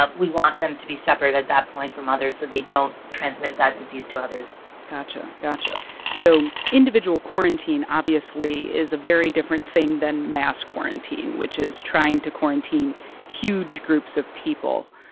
ah we want them to be separated at that point from others so they don't transmit that disease to others got you, ah got you so individual quarantine, obviously, is a very different thing than mass quarantine, which is trying to quarantine huge groups of people.